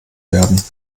werden